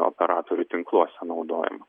operatorių tinkluose naudojama